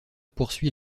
poursuit